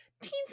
teens